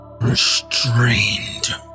restrained